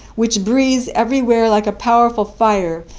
which breathes everywhere like a powerful fire,